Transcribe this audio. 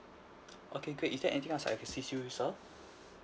okay great is there anything else I can assist you with sir